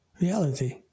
reality